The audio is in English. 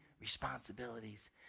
responsibilities